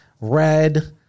red